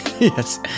Yes